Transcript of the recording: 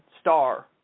star